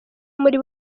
muri